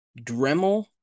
Dremel